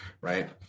Right